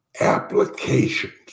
applications